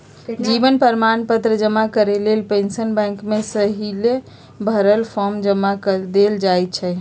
जीवन प्रमाण पत्र जमा करेके लेल पेंशन बैंक में सहिसे भरल फॉर्म जमा कऽ देल जाइ छइ